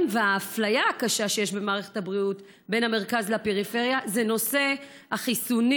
והאפליה הקשה שיש במערכת הבריאות בין המרכז לפריפריה זה נושא החיסונים,